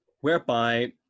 whereby